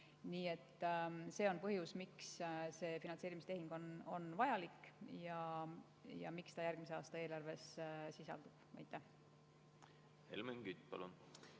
See on põhjus, miks see finantseerimistehing on vajalik ja miks see raha järgmise aasta eelarves sisaldub.